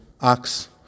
ox